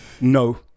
No